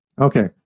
Okay